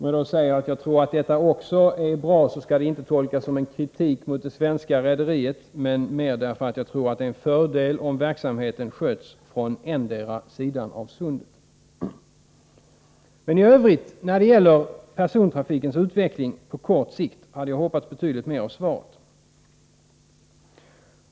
Om jag säger att jag tycker att detta är bra, skall det inte tolkas som en kritik mot det svenska rederiet. Jag tror att det är en fördel om verksamheten sköts från endera sidan av sundet. Jag vill dock upprepa att jag hade hoppats betydligt mer av svaret när det gäller persontrafikens utveckling på kort sikt.